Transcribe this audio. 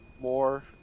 more